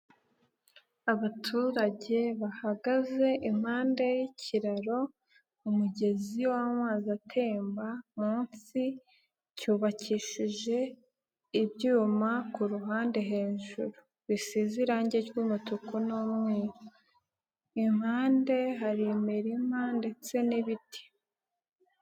Abaturage bahagaze impande y'ikiraro, umugezi w'amazi atemba munsi, cyubakishije ibyuma ku ruhande hejuru bisize irangi ry'umutuku n'umweru, impande hari imirima ndetse n'ibiti.